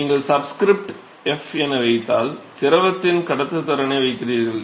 நீங்கள் subscript f என வைத்தால் திரவத்தின் கடத்துத்திறனை வைக்கிறீர்கள்